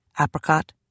apricot